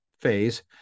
phase